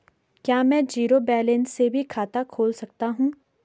क्या में zero balance से भी खाता खोल सकता हूँ?